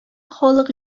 халык